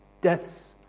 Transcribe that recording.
deaths